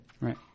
Right